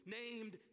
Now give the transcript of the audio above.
named